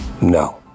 No